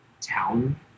town